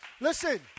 Listen